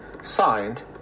Signed